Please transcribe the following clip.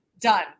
done